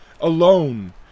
alone